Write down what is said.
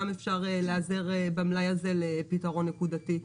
אפשר להיעזר במלאי הזה לפתרון נקודתי,